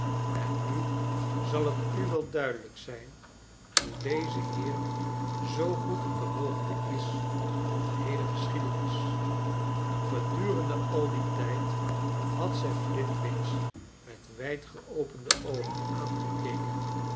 en nu zal het u wel duidelijk zijn hoe deze heer zoo goed op de hoogte is van de geheele geschiedenis gedurende al dien tijd had zij flintwinch met wijd geopende oogen aangekeken